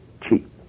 cheap